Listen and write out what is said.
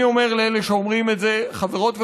אני אומר לאלה שאומרים את זה: חברות וחברים,